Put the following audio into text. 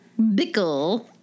Bickle